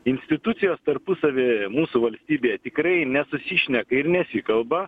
institucijos tarpusavy mūsų valstybėje tikrai nesusišneka ir nesikalba